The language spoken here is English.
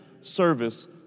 service